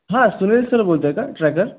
हां सुनील सर बोलत आहे का ट्रॅकर